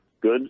good